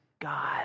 God